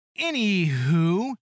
anywho